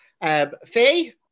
Faye